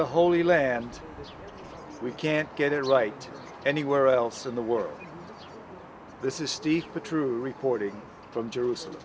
the holy land we can't get it right anywhere else in the world this is steve a true recording from jerusalem